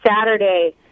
Saturday